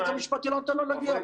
היועץ המשפטי לא נתן לו להגיע,